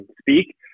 speak